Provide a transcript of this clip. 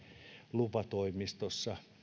lupatoimistossa